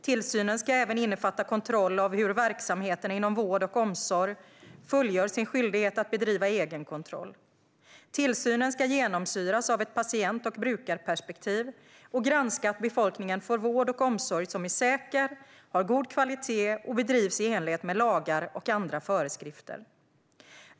Tillsynen ska även innefatta kontroll av hur verksamheterna inom vård och omsorg fullgör sin skyldighet att bedriva egenkontroll. Tillsynen ska genomsyras av ett patient och brukarperspektiv och granska att befolkningen får vård och omsorg som är säker, har god kvalitet och bedrivs i enlighet med lagar och andra föreskrifter.